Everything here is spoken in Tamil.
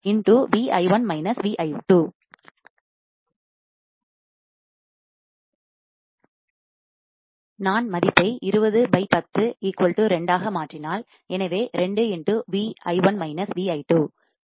நான் மதிப்பை 2010 2 ஆக மாற்றினால்எனவே 2